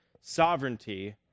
sovereignty